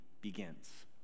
begins